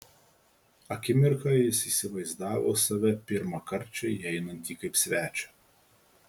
akimirką jis įsivaizdavo save pirmąkart čia įeinantį kaip svečią